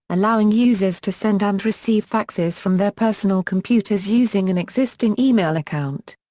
allowing users to send and receive faxes from their personal computers using an existing email account.